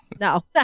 no